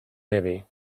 levee